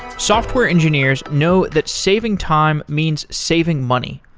software engineers know that saving time means saving money.